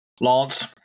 Lance